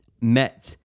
Met